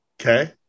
Okay